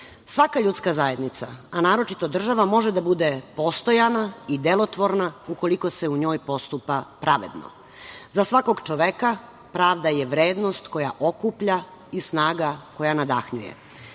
šansi. Svaka ljudska zajednica, a naročito država može da bude postojana i delotvorna ukoliko se u njoj postupa pravedno. Za svakog čoveka pravda je vrednost koja okuplja i snaga koja nadahnjuje.U